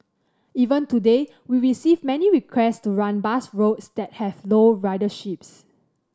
even today we receive many requests to run bus routes that have low ridership